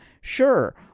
Sure